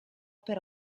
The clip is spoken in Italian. per